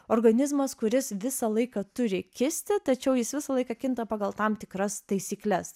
organizmas kuris visą laiką turi kisti tačiau jis visą laiką kinta pagal tam tikras taisykles